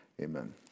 Amen